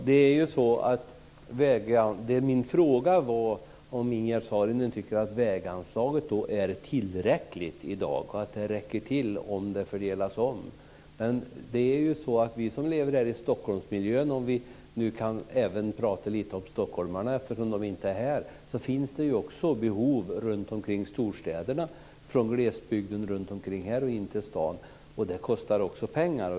Herr talman! Min fråga var om Ingegerd Saarinen anser att väganslaget är tillräckligt. Vi som nu lever i Stockholmsmiljön - vi kan ju prata lite om stockholmarna eftersom de inte är här - ser ju att det finns behov runt storstäderna, från glesbygderna här och in till stan. Det kostar också pengar.